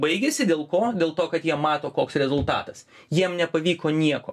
baigėsi dėl ko dėl to kad jie mato koks rezultatas jiem nepavyko nieko